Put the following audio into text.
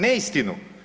Neistinu.